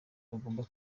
bagomba